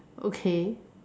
okay